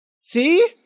See